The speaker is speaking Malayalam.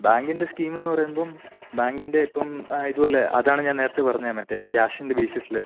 ബാങ്കിൻ്റെ സ്കീമെന്ന് പറയുമ്പം ബാങ്കിൻ്റെ ഇപ്പം ഇതുപോലെ അതാണ് ഞാൻ നേരത്തെ പറഞ്ഞത് മറ്റെ ക്യാഷിൻ്റെ ബേയ്സിസ്ല്